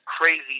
crazy